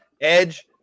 Edge